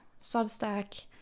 substack